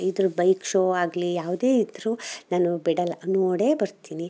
ಇದ್ರ bike show ಆಗಲಿ ಯಾವುದೇ ಇದ್ದರೂ ನಾನು ಬಿಡೋಲ್ಲ ನೋಡೇ ಬರ್ತೀನಿ